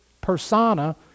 persona